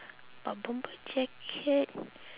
but bomber jacket